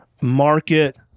market